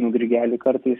nu grigelį kartais